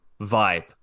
vibe